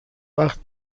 وقت